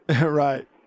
Right